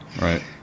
Right